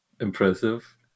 impressive